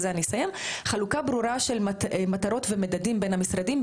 וחלוקה ברורה של מטרות ומדדים בין המשרדים.